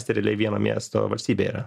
steriliai vieno miesto valstybė yra